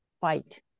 fight